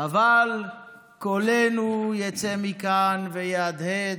אבל קולנו יצא מכאן ויהדהד.